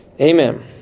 Amen